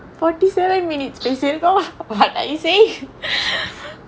forty seven minutes பேசிருக்கோம்:pesirukkom what I say